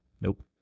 Nope